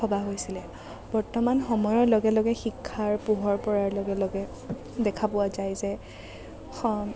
ভবা হৈছিলে বৰ্তমান সময়ৰ লগে লগে শিক্ষাৰ পোহৰ পৰাৰ লগে লগে দেখা পোৱা যায় যে সম